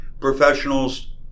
Professionals